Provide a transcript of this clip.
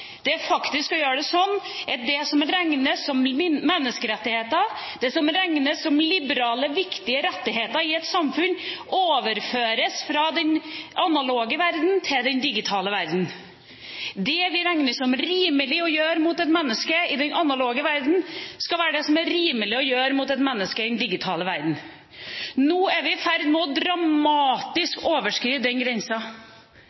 sal er faktisk å gjøre det sånn at det som regnes som menneskerettigheter, det som regnes som liberale viktige rettigheter i et samfunn, overføres fra den analoge verden til den digitale verden. Det vi regner som rimelig å gjøre mot et menneske i den analoge verden, skal være rimelig å gjøre mot et menneske i den digitale verden. Nå er vi i ferd med dramatisk å